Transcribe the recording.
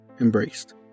embraced